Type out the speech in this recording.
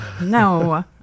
No